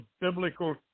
biblical